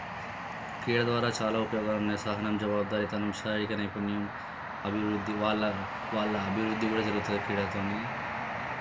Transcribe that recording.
క్రీడ ద్వారా చాలా ఉపయోగాలు ఉన్నాయి సహనం జవాబుదారితనం శారీరక నైపుణ్యం అభివృద్ధి వాళ్ళ వాళ్ళ అభివృద్ధి కూడా జరుగుతుంది క్రీడతో